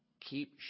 keep